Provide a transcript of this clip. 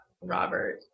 Robert